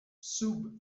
sub